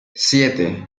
siete